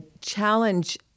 challenge